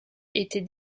étaient